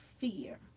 fear